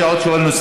יש שואל נוסף.